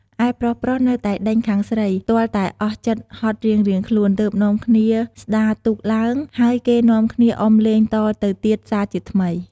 ឯប្រុសៗនៅតែដេញខាងស្រី ទាល់តែអស់ចិត្តហត់រៀងៗខ្លួន ទើបនាំគ្នាស្តារទូកឡើង ហើយគេនាំគ្នាអុំលេងតទៅទៀតសារជាថ្មី។